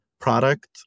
product